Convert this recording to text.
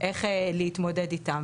איך להתמודד איתן.